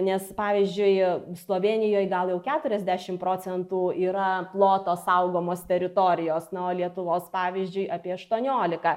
nes pavyzdžiui slovėnijoj gal jau keturiasdešimt procentų yra ploto saugomos teritorijos na o lietuvos pavyzdžiui apie aštuoniolika